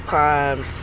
times